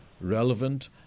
relevant